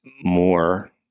more